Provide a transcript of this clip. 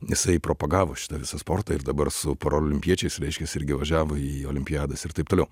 jisai propagavo šitą visą sportą ir dabar su parolimpiečiais reiškias irgi važiavo į olimpiadas ir taip toliau